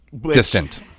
distant